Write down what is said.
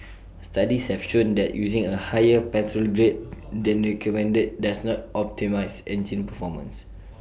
studies have shown that using A higher petrol grade than recommended does not optimise engine performance